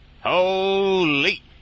holy